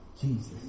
Jesus